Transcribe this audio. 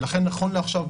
ולכן נכון לעכשיו,